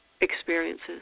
experiences